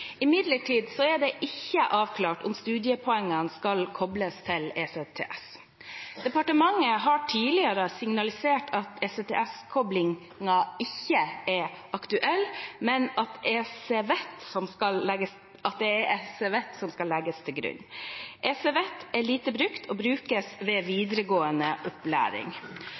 Imidlertid er det ikke avklart om studiepoengene skal kobles til ECTS. Departementet har tidligere signalisert at ECTS-koblingen ikke er aktuell, men at det er ECVET som skal legges til grunn. ECVET er lite brukt og brukes ved videregående opplæring.